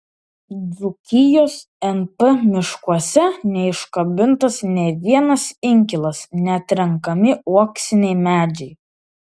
dzūkijos np miškuose neiškabintas nė vienas inkilas neatrenkami uoksiniai medžiai